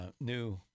new